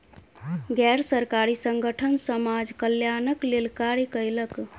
गैर सरकारी संगठन समाज कल्याणक लेल कार्य कयलक